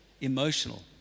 emotional